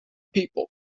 people